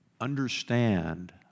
understand